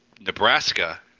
Nebraska